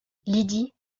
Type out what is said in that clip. lydie